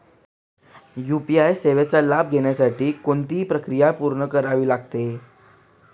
UPI सेवेचा लाभ घेण्यासाठी कोणती प्रक्रिया पूर्ण करावी लागते?